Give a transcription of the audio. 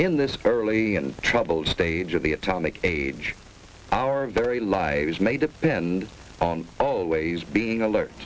in this fairly and troubled stage of the atomic age our very lives may depend on always being alert